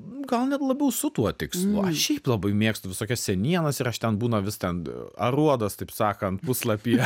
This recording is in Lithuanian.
gal net labiau su tuo tikslu aš šiaip labai mėgstu visokias senienas ir aš ten būna vis ten aruodas taip sakant puslapyje